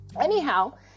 anyhow